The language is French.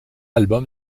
album